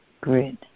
grid